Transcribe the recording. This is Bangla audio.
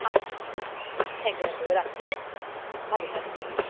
আচ্ছা ঠিক আছে ঠিক আছে থ্যাঙ্ক ইউ ডাক্তারবাবু রাখছি হ্যাঁ ভালো থাকবেন হুম